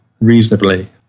reasonably